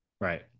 Right